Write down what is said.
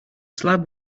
slab